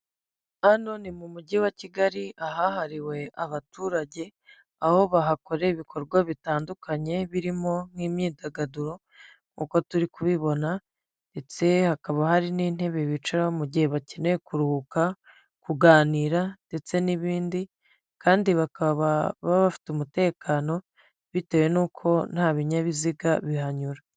Hano ni mu mujyi wa kigali ahahariwe abaturage. Aho bahakorera ibikorwa bitandukanye birimo nk'imyidagaduro nk'uko turi kubibona, ndetse hakaba hari n'intebe bicaraho mu gihe bakeneye kuruhuka, kuganira ndetse n'ibindi, kandi bakaba baba bafite umutekano bitewe n'uko nta binyabiziga bihanyura.